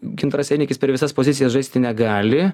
gintaras einikis per visas pozicijas žaisti negali